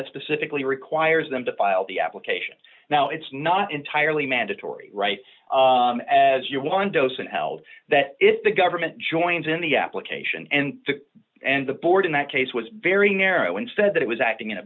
that specifically requires them to file the application now it's not entirely mandatory right as your one dos and held that if the government joins in the application and the and the board in that case was very narrow and said that it was acting in a